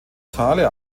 thale